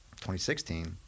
2016